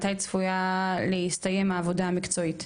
שאלה שנייה, מתי צפויה להסתיים העבודה המקצועית?